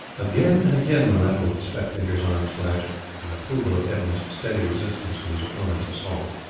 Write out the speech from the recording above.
again and again the rattle of the spectators' arms clashed an approval of edmund's steady resistance to his opponent's assaults.